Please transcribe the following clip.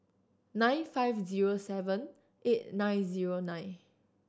nine five zero seven eight nine zero nine